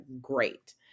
great